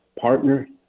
partner